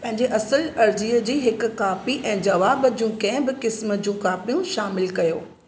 पंहिंजे असुल अर्ज़ीअ जी हिक कापी ऐं जवाब जूं कंहिं बि क़िस्म जूं कापियूं शामिलु कयो